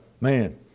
man